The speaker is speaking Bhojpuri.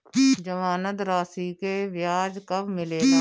जमानद राशी के ब्याज कब मिले ला?